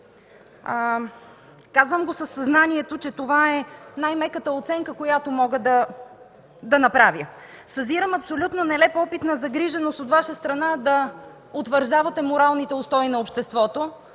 Казвам го със съзнанието, че това е най-меката оценка, която мога да направя. Съзирам абсолютно нелеп опит на загриженост от Ваша страна да утвърждавате моралните устои на обществото,